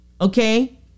Okay